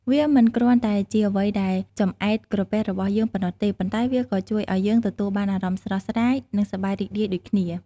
វាមិនគ្រាន់តែជាអ្វីដែលចម្អែតក្រពះរបស់យើងប៉ុណ្ណោះទេ ប៉ុន្តែវាក៏ជួយឲ្យយើងទទួលបានអារម្មណ៍ស្រស់ស្រាយ និងសប្បាយរីករាយដូចគ្នា។